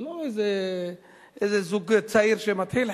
זה לא איזה זוג צעיר שמתחיל,